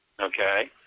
Okay